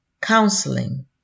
counseling